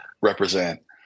represent